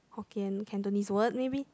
Hokkien Cantonese word maybe